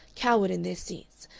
cowered in their seats,